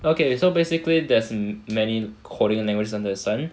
okay so basically there's many coding languages under the sun